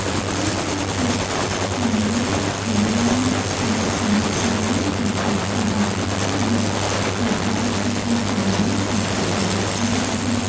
he has this dynamic awareness from from his evolutionary approach, so one could call his spirituality also an evolutionary spirituality, as some people do.